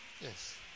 Yes